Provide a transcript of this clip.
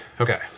Okay